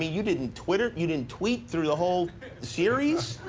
you didn't twitter you didn't tweet through the whole series.